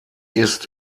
ist